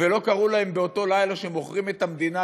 ולא קראו להם באותו לילה שמכרו את המדינה